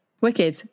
Wicked